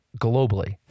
globally